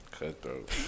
Cutthroat